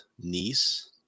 niece